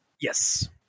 Yes